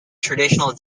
traditional